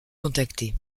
contacté